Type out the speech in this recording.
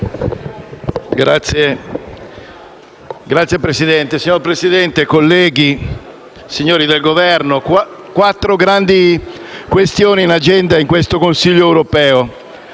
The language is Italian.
*(PD)*. Signor Presidente, colleghi, signori del Governo, ci sono quattro grandi questioni in agenda in questo Consiglio europeo,